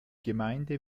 gemeinde